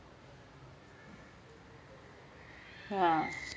yeah